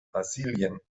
brasilien